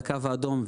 הקו האדום,